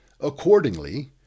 Accordingly